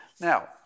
Now